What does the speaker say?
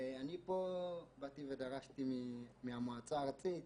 ואני פה באתי ודרשתי מהמועצה הארצית